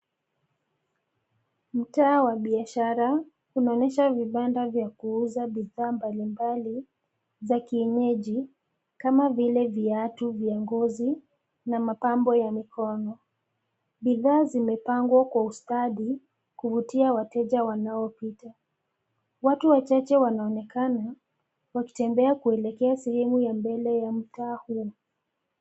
Mtaa wa biashara, unaonesha vibanda vya kuuza bidhaa mbalimbali za kienyeji kama vile viatu viongozi na mapambo ya mikono. Bidhaa zimepangwa kwa ustadi kuvutia wateja wanaopita. Watu wachache wanaonekana wakitembea kuelekea sehemu ya mbele ya mtaa huu.